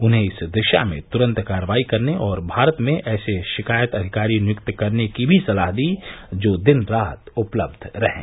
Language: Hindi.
उन्हें इस दिशा में तुरंत कार्रवाई करने और भारत में ऐसे शिकायत अधिकारी नियुक्त करने की भी सलाह दी जो दिन रात उपलब्ध रहें